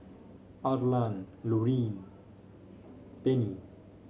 Arlan Lauryn Pennie